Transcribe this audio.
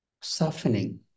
softening